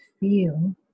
Feel